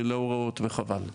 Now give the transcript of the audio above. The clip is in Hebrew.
להוראות וחבל.